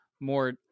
more